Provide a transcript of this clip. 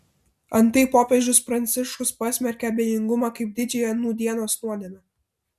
antai popiežius pranciškus pasmerkė abejingumą kaip didžiąją nūdienos nuodėmę